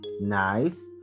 Nice